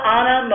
Anna